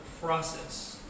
process